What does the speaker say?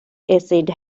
acid